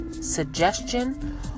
suggestion